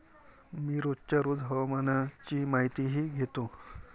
मी रोजच्या रोज हवामानाची माहितीही घेतो